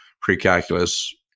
pre-calculus